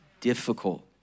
Difficult